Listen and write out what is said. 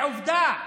עובדה.